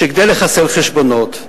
שכדי לחסל חשבונות,